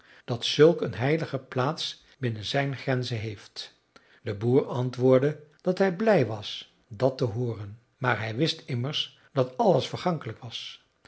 dat zulk een heilige plaats binnen zijn grenzen heeft de boer antwoordde dat hij blij was dat te hooren maar hij wist immers dat alles vergankelijk was